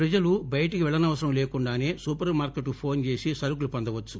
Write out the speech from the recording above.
ప్రజలు బయటికి పెళ్ళనవసరం లేకుండా సూపర్ మార్కెట్ కు ఫోన్ చేసి సరకులు పొందవచ్చు